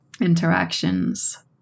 interactions